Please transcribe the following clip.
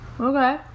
okay